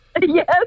Yes